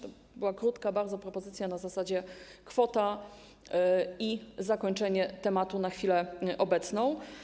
To była krótka bardzo propozycja na zasadzie: kwota i zakończenie tematu na chwilę obecną.